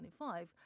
2025